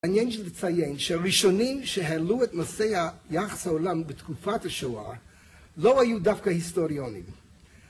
מעניין שלי לציין שהראשונים שהעלו את מסעי יחס העולם בתקופת השואה לא היו דווקא היסטוריונים.